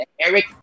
Eric